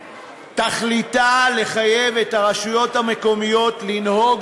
תכליתה לחייב את הרשויות המקומיות לנהוג